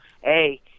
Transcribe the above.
Hey